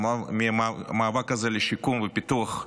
מהמאבק הזה לשיקום ופיתוח כלכלי,